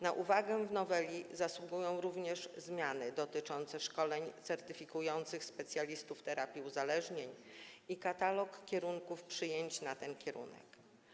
Na uwagę w noweli zasługują również zmiany dotyczące szkoleń certyfikujących specjalistów terapii uzależnień i katalog warunków przyjęć na ten kierunek.